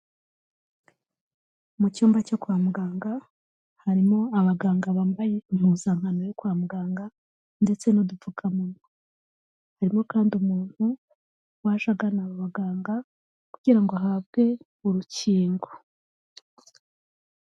Mu cyumba cyo kwa muganga harimo abaganga bambaye impuzankano yo kwa muganga ndetse n'udupfukamunwa, harimo kandi umuntu waje agana aba baganga kugira ngo ahabwe urukingo.